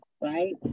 right